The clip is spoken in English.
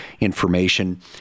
information